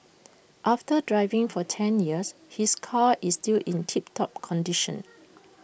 after driving for ten years his car is still in tip top condition